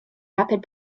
rapid